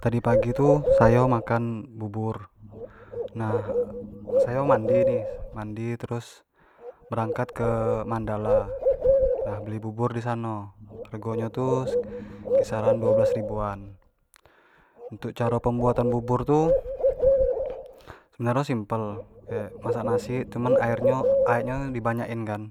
tadi pagi tu sayo makan bubur, nah sayo mandi nih, mandi terus berangkat ke mandala, nah beli bubur di sano hargo nyo tu kisaran duo belas ribuan untuk caro pembuatan bubur tu sebenarnyo simpel masak nasi cumin aek nyo-aek nyo di banyak in kan